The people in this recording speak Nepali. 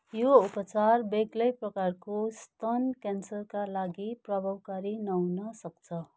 यो उपचार बेग्लै प्रकारको स्तन क्यान्सरका लागि प्रभावकारी नहुन सक्छ